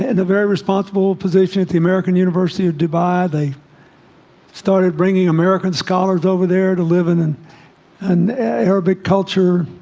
at a very responsible position at the american university of dubai. they started bringing american scholars over there to live in an an arabic culture